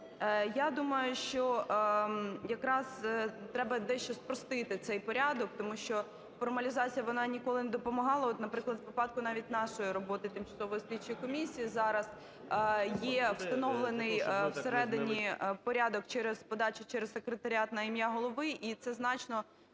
Я думаю, що якраз треба дещо спростити цей порядок, тому що формалізація, вона ніколи не допомагала. От, наприклад, у випадку навіть нашої роботи тимчасової слідчої комісії зараз є встановлений всередині порядок через подачу через секретаріат на ім'я голови, і це значно